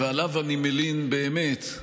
ועליו אני מלין באמת,